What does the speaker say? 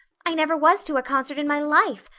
i never was to a concert in my life,